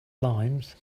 limes